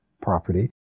property